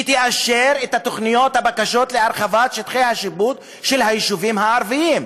שתאשר את התוכנית והבקשות להרחבת שטחי השיפוט של היישובים הערביים.